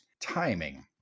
Timing